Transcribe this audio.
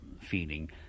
feeling